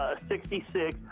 ah sixty six.